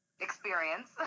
experience